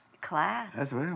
Class